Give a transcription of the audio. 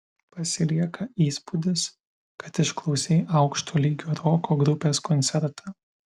pasilieka įspūdis kad išklausei aukšto lygio roko grupės koncertą